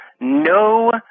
no